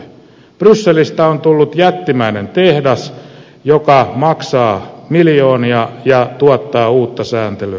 brysselistä on tullut jättimäinen tehdas joka maksaa miljoonia ja tuottaa uutta sääntelyä